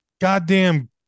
goddamn